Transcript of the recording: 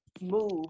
move